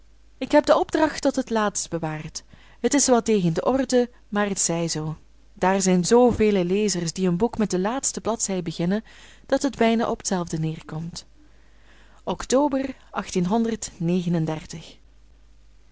ik heb de opdracht tot het laatst bewaard het is wel tegen de orde maar het zij zoo daar zijn zoovele lezers die een boek met de laatste bladzij beginnen dat het bijna op t zelfde neerkomt october